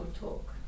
talk